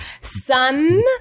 sun